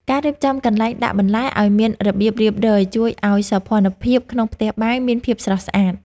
ការរៀបចំកន្លែងដាក់បន្លែឱ្យមានរបៀបរៀបរយជួយឱ្យសោភ័ណភាពក្នុងផ្ទះបាយមានភាពស្រស់ស្អាត។